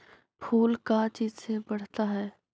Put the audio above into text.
फूल का चीज से बढ़ता है?